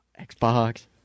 Xbox